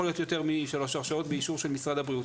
יותר משלוש הרשאות באישור משרד הבריאות.